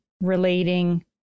relating